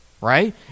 right